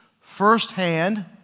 firsthand